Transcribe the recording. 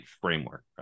framework